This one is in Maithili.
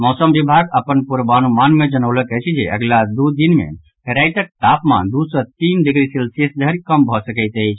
मौसम विभाग अपन पूर्वानुमान मे जनौलक अछि जे अगिला दू दिन मे रातिक तापमान दू सँ तीन डिग्री सेल्सियस धरि कम भऽ सकैत अछि